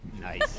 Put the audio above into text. Nice